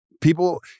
People